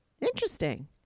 Interesting